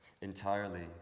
entirely